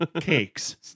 Cakes